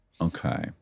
Okay